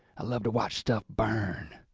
i love to watch stuff burn.